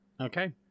Okay